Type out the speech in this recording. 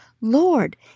Lord